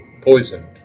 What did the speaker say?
poisoned